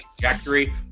trajectory